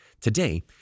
Today